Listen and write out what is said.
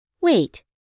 wait